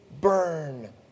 burn